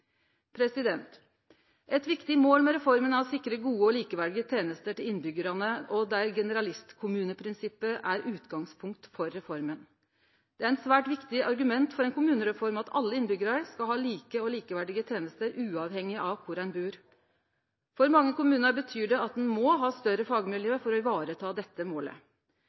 Eit viktig mål med reforma er å sikre gode og likeverdige tenester til innbyggjarane, og der generalistkommuneprinsippet er utgangspunkt for reforma. Det er eit svært viktig argument for ein kommunereform at alle innbyggjarar skal ha like og likeverdige tenester uavhengig av kor ein bur. For mange kommunar betyr det at ein må ha større fagmiljø for å vareta dette målet.